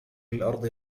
الأرض